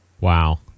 Wow